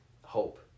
Hope